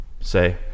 say